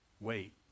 Wait